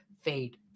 fade